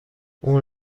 اون